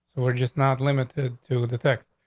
we're just not limited to the text.